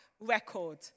record